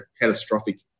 catastrophic